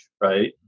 right